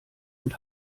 und